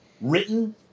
written